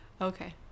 Okay